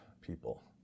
people